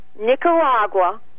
Nicaragua